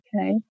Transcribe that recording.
okay